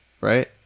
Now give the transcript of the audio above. right